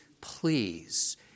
please